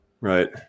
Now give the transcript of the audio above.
right